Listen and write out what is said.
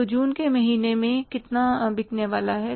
तो जून के महीने में कितना बिकने वाला है